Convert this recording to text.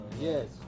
Yes